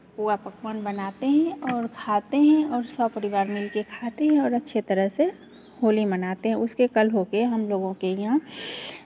पुआ पकवान बनाते हैं और खाते हैं और सपरिवार मिल के खाते हैं और अच्छे तरह से होली मनाते हैं उसके कल हो कर हमलोगों के यहां